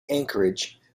anchorage